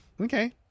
Okay